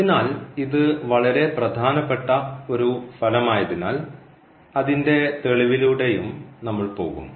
അതിനാൽ ഇത് വളരെ പ്രധാനപ്പെട്ട ഒരു ഫലമായതിനാൽ അതിന്റെ തെളിവിലൂടെയും നമ്മൾ പോകും